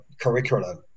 curriculum